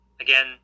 Again